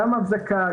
גם הצדקה,